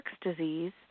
disease